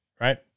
right